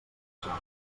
soles